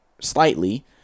slightly